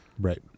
Right